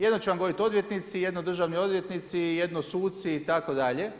Jedno će vam govoriti odvjetnici, jedno državno odvjetnici, jedno suci itd.